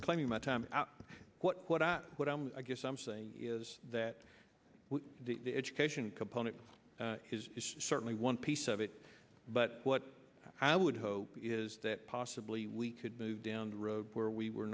reclaiming my time what i what i'm i guess i'm saying is that the education component is certainly one piece of it but what i would hope is that possibly we could move down the road where we were